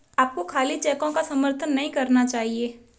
आपको खाली चेकों का समर्थन नहीं करना चाहिए